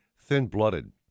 thin-blooded